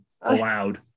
allowed